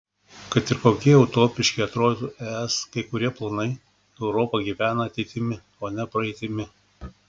kad ir kokie utopiški atrodytų es kai kurie planai europa gyvena ateitimi o ne praeitimi